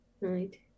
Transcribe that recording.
Right